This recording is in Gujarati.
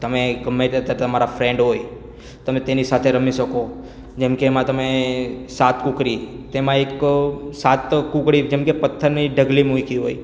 તમે ગમે તેટલા તમારા ફ્રેન્ડ હોય તમે તેની સાથે રમી શકો જેમકે એમાં તમે સાત કુકરી તેમાં એક સાત કુકરી જેમકે પથ્થરની એક ઢગલી મૂકી હોય